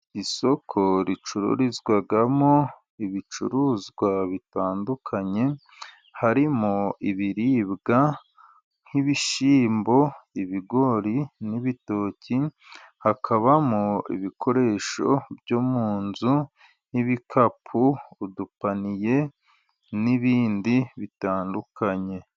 Isoko ricururizwamo ibicuruzwa bitandukanye harimo ibiribwa nk'ibishyimbo, ibigori n'ibitoki, hakabamo ibikoresho byo mu nzu, n'ibikapu, udupaniye n'ibindi bitandukanye.